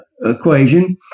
equation